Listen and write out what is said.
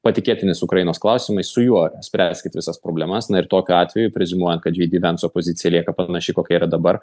patikėtinis ukrainos klausimais su juo spręskit visas problemas na ir tokiu atveju preziumuojant kad džei dy venco pozicija lieka panaši kokia yra dabar